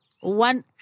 One